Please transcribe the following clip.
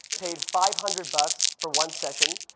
paid five hundred bucks for one session.